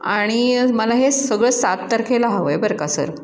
आणि आज मला हे सगळं सात तारखेला हवं आहे बरं का सर